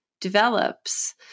develops